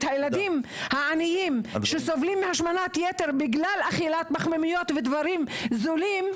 את הילדים העניים שסובלים מהשמנת יתר בגלל אכילת פחמימות ודברים זולים,